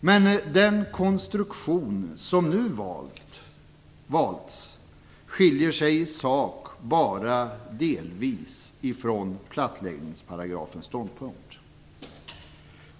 Men den konstruktion som nu valts skiljer sig i sak bara delvis från plattläggningsparagrafens ståndpunkt.